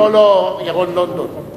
לא לא, ירון לונדון.